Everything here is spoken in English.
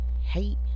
hate